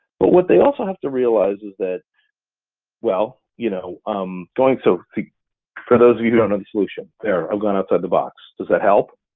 but what they also have to realize is that well, you know um so for those of you who don't know the solution, there, i'm going outside the box, does that help?